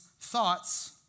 thoughts